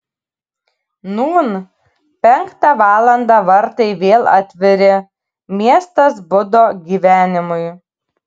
nūn penktą valandą vartai vėl atviri miestas budo gyvenimui